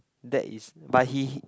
that is but he he